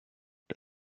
det